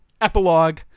Epilogue